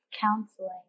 counseling